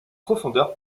profondeur